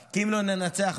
כי אם לא ננצח בה,